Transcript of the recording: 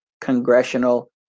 congressional